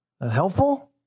Helpful